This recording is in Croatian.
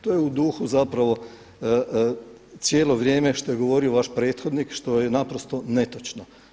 To je u duhu zapravo cijelo vrijeme što je govorio vaš prethodnik, što je naprosto netočno.